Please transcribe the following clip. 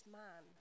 man